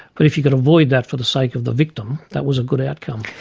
but if you could avoid that for the sake of the victim, that was a good outcome.